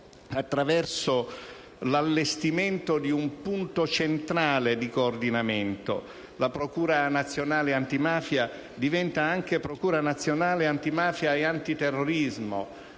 mediante l'allestimento di uno punto centrale di coordinamento. La procura nazionale antimafia diventa anche procura nazionale antimafia e antiterrorismo,